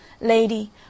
Lady